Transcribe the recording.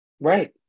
Right